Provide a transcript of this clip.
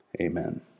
Amen